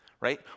right